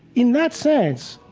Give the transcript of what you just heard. in that sense,